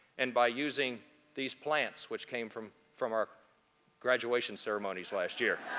and by using these plants, which came from from our graduation ceremonies last year.